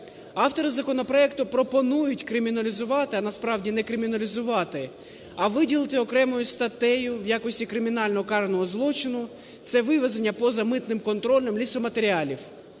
Автори законопроекту пропонують криміналізувати, а насправді не криміналізувати, а виділити окремою статтею в якості кримінального карного злочину це вивезення поза митним контролем лісоматеріалів.